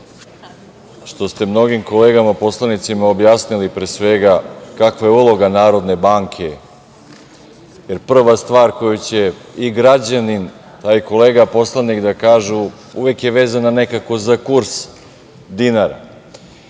što ste mnogim kolegama poslanicima objasnili, pre svega kakva je uloga NBS, jer prva stvar koju će i građani, a i kolege poslanici da kažu – uvek je vezana nekako za kurs dinara.